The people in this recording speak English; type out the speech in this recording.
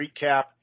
recap